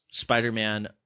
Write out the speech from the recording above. Spider-Man